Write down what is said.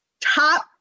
top